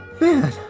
man